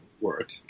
work